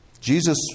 Jesus